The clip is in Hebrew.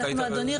אדוני,